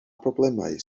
broblemau